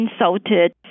insulted